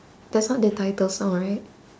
that's not the title song right